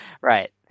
Right